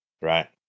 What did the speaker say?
Right